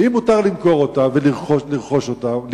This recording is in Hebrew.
ואם מותר למכור אותם ולרכוש אותם,